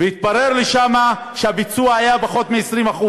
והתברר לי שם שהביצוע היה פחות מ-20%,